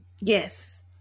Yes